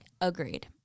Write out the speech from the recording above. Agreed